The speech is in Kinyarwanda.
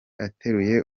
ateruye